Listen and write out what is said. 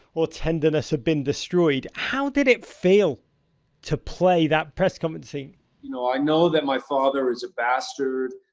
or tenderness have been destroyed. how did it feel to play that press conference scene? jeremy you know i know that my father is a bastard,